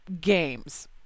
games